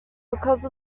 because